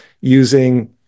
using